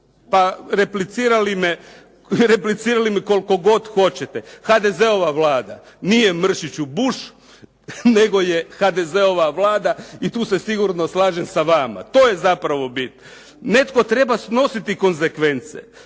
pa replicirali mi koliko god hoćete, HDZ-ova Vlada nije Mršiću Bush, nego je HDZ-ova Vlada i tu se sigurno slažem sa vama. To je zapravo bit. Netko treba snositi konzekvence.